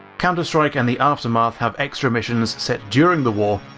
counterstrike and the aftermath have extra missions set during the war,